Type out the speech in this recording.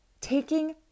taking